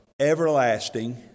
everlasting